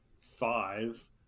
five